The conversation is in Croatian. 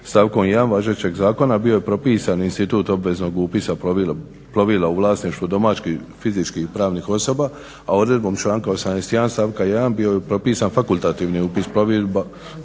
stavkom 1. važećeg zakona bio je propisan institut obveznog upisa plovila u vlasništvu domaćih fizičkih i pravnih osoba, a odredbom članka 81. stavka 1. bio je propisan fakultativni upis plovila